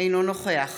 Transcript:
אינו נוכח